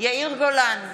יאיר גולן,